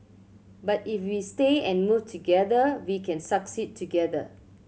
but if we stay and move together we can succeed together